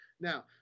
Now